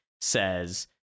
says